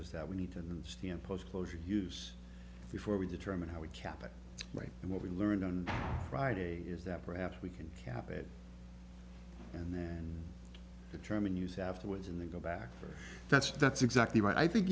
is that we need to stand post closure use before we determine how we cap it right and what we learned on friday is that perhaps we can cap it and then the term in use afterwards and then go back that's that's exactly what i think